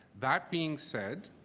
that being said,